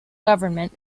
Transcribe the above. government